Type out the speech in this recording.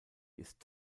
ist